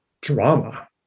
drama